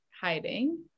hiding